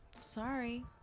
Sorry